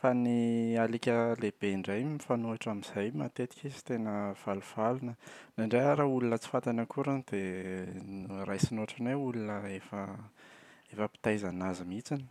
Fa ny alika be indray mifanohitra amin’izany matetika izy tena falifaly na indraindray ary olona tsy fantany akory dia raisiny ohatra ny hoe olona efa efa mpitaiza an’azy mihitsiny.